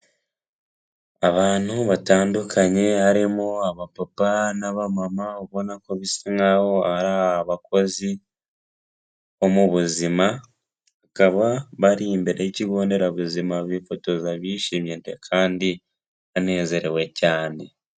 Abantu batandukanye harimo aba papa na mama ubona ko bisa nkaho ari abakozi bo mu buzima, bakaba bari imbere y'ikigo nderabuzima bifotoza bishimye kandi banezerewe cyane.